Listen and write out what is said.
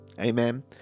Amen